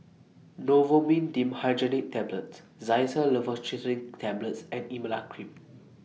Novomin Dimenhydrinate Tablets Xyzal Levocetirizine Tablets and Emla Cream